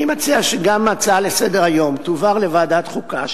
אני מציע שגם ההצעה לסדר-היום תועבר לוועדת החוקה,